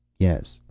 yes.